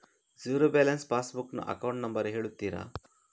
Zero balance passbook ನ account number ಹೇಳುತ್ತೀರಾ?